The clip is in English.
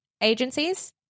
agencies